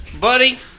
Buddy